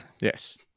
Yes